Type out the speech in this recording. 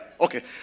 Okay